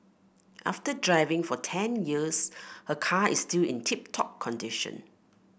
after driving for ten years her car is still in tip top condition